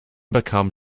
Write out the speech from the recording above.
become